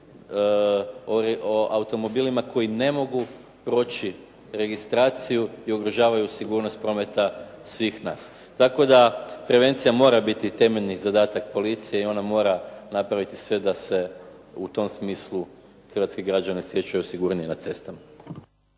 o automobilima koji ne mogu proći registraciju i ugrožavaju sigurnost prometa svih nas. Tako da prevencija mora biti temeljni zadatak policije i ona mora napraviti sve da se u tom smislu hrvatski građani osjećaju sigurnije na cestama.